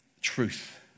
truth